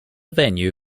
venue